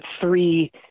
three